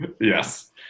Yes